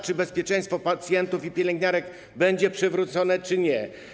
Czy bezpieczeństwo pacjentów i pielęgniarek będzie przywrócone czy nie?